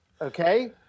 okay